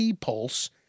pulse